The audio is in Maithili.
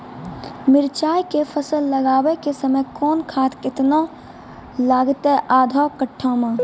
मिरचाय के फसल लगाबै के समय कौन खाद केतना लागतै आधा कट्ठा मे?